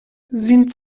sind